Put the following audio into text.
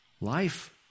life